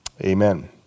amen